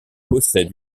possède